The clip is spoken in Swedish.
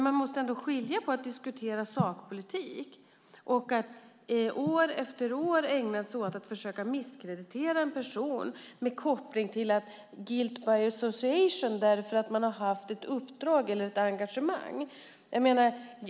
Man måste dock skilja på att diskutera sakpolitik och på att år efter år ägna sig åt att försöka misskreditera en person genom guilt by association för att denne haft ett uppdrag eller engagemang.